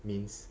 means